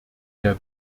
der